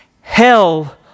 Hell